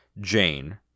Jane